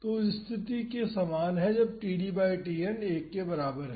तो यह उस स्थिति के समान है जब td बाई Tn 1 के बराबर है